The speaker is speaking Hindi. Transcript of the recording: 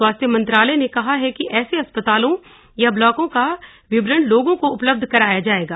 स्वास्थ्य मंत्रालय ने कहा है कि ऐसे अस्पतालों या ब्लॉकों का विवरण लोगों को उपलब्ध कराया जाएगा